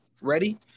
ready